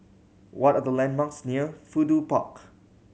what are the landmarks near Fudu Park